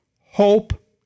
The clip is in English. hope